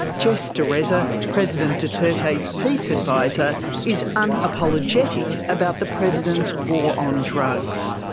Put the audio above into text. jess dureza president duterte's peace adviser is unapologetic about the president's war on drugs.